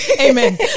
Amen